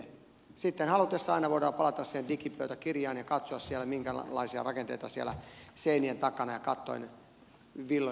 sitten halutessa aina voidaan palata siihen digipöytäkirjaan ja katsoa minkälaisia rakenteita siellä seinien takana ja kattojen villojen seassa on